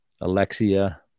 Alexia